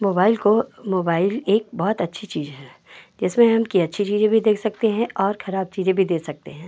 mobile को mobile एक बहुत अच्छी चीज़ है जिसमें हम कि अच्छी चीज़ें भी देख सकते हैं और खराब चीज़ें भी देख सकते हैं